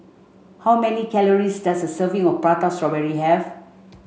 how many calories does a serving of prata strawberry have